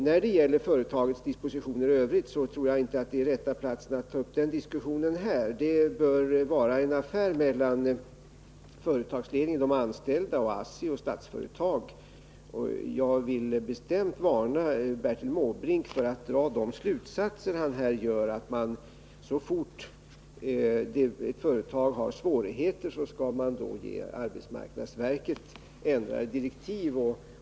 Beträffande företagets dispositioner i övrigt tror jag inte att detta är rätta platsen att ta upp en diskussion. Det bör vara en affär mellan företagsledningen, de anställda, ASSI och Statsföretag. Jag vill bestämt varna Bertil Måbrink för att dra den slutsats som framgår av vad han här säger — att man så fort ett företag har svårigheter skall ge arbetsmarknadsverket ändrade direktiv.